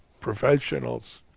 professionals